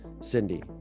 cindy